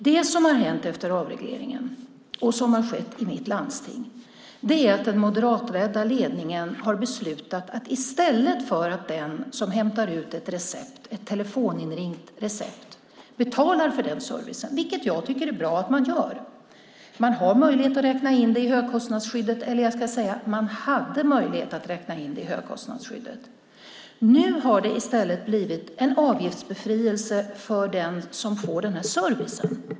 Det som har skett efter avregleringen i mitt landsting är att den moderatledda ledningen har beslutat om en förändring av att den som hämtar ut ett telefoninringt recept betalar för den servicen, vilket jag tycker är bra att man gör. Man har möjlighet att räkna in det i högkostnadsskyddet, eller rättare: Man hade möjlighet att räkna in det i högkostnadsskyddet. Nu har det i stället blivit en avgiftsbefrielse för den som får den här servicen.